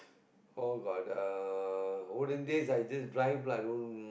all got the olden days I just drive lah don't